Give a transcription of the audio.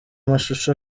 mashusho